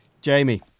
Jamie